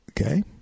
Okay